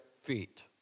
feet